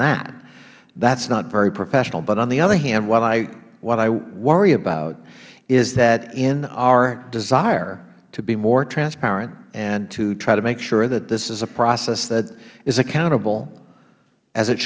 that that is not very professional but on the other hand what i worry about is that in our desire to be more transparent and to try to make sure that this is a process that is accountable as it